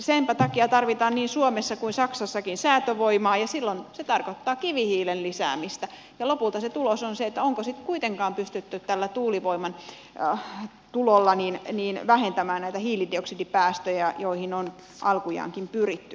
senpä takia tarvitaan niin suomessa kuin saksassakin säätövoimaa ja silloin se tarkoittaa kivihiilen lisäämistä ja lopulta tulos on se että onko tällä tuulivoiman tulolla sitten kuitenkaan pystytty vähentämään näitä hiilidioksidipäästöjä mihin on alkujaankin pyritty